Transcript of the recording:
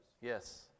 Yes